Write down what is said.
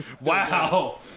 Wow